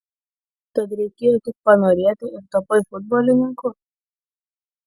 tad reikėjo tik panorėti ir tapai futbolininku